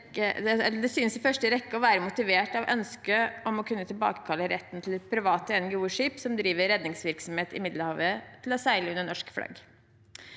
Det synes i første rekke å være motivert av ønsket om å kunne tilbakekalle retten fra et privat NGO-skip som driver redningsvirksomhet i Middelhavet, til å seile under norsk flagg.